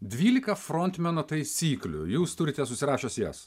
dvylika frontmeno taisyklių jūs turite susirašęs jas